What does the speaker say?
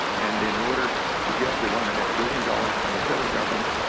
and in order to get the one and a half billion dollars from the federal government,